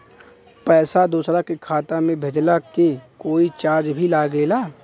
पैसा दोसरा के खाता मे भेजला के कोई चार्ज भी लागेला?